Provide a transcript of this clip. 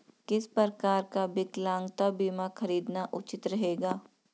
किस प्रकार का विकलांगता बीमा खरीदना उचित रहेगा?